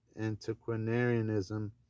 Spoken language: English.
antiquarianism